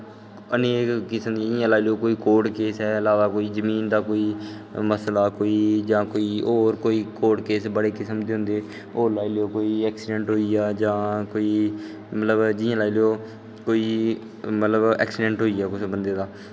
मेह् किस्म दियां जि'यां लाई लैओ कोर्ट केस ऐ ला दा कोई जमीन दा कोई मसला कोई जां होर कोई कोर्ट केस बड़े किस्म दे होंदे होर लाई लैओ ऐक्सिडैंट होई गेआ जां कोई मतबव जि'यां लाई लैओ कोई मतलब ऐक्सिडैंट होई गेआ कुसै बंदे दा